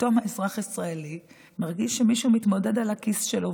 פתאום האזרח הישראלי מרגיש שמישהו מתמודד על הכיס שלו,